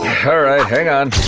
alright, hang on.